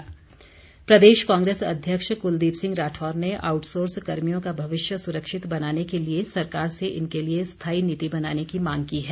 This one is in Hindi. कुलदीप राठौर प्रदेश कांग्रेस अध्यक्ष कुलदीप सिंह राठौर ने आउटसोर्स कर्मियों का भविष्य सुरक्षित बनाने के लिए सरकार से इनके लिए स्थायी नीति बनाने की मांग की है